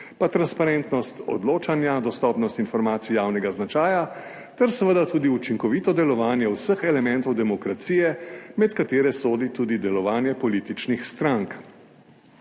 pa transparentnost odločanja, dostopnost informacij javnega značaja ter seveda tudi učinkovito delovanje vseh elementov demokracije, med katere sodi tudi delovanje. Političnih strank,